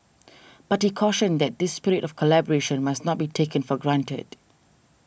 but he cautioned that this spirit of collaboration must not be taken for granted